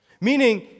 Meaning